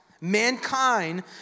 mankind